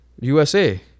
USA